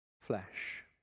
flesh